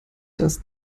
dass